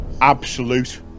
absolute